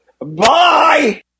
Bye